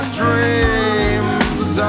dreams